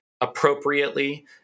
appropriately